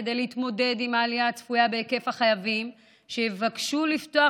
כדי להתמודד עם העלייה הצפויה במספר החייבים שיבקשו לפתוח